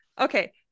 okay